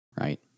right